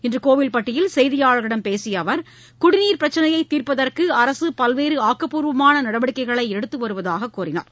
இன்று கோவில்பட்டியில் செய்தியாளர்களிடம் பேசிய அவர் குடிநீர் பிரச்சினையை தீர்ப்பதற்கு அரசு பல்வேறு ஆக்கப்பூர்வமான நடவடிக்கைகளை எடுத்து வருவதாக தெரிவித்தார்